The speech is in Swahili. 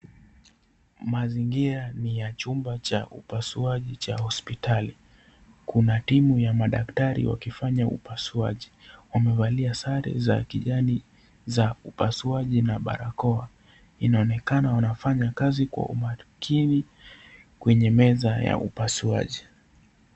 Mazingira ni ya chumba cha kupasuaji cha hospitali. Kuna timu ya madaktari wakifanya upasuaji. Wamevalia sare za kijani za upasuaji na barakoa. Inaonekana wanafanya kazi kwa umakini kwenye meza ya upasuaji.